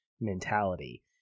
mentality